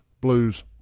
Blues